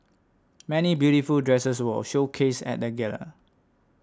many beautiful dresses were showcased at the gala